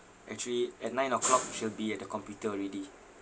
actually at nine O clock she'll be at the computer already